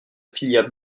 filière